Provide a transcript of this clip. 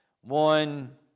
One